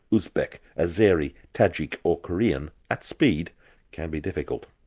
uzbek, azeri, tajik or korean at speed can be difficult.